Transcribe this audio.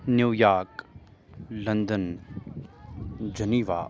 New York London Geneva